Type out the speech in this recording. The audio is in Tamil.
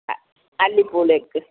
ஆ அல்லிப்பூவில் இருக்குது